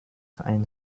ein